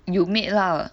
you made lah